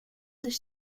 this